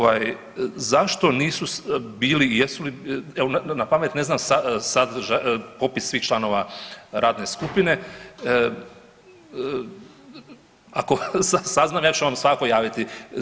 Zašto nisu bili, jesu li, evo napamet ne znam sadržaj, popis svih članova radne skupine, ako saznam, ja ću vam svakako javiti.